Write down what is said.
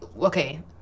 Okay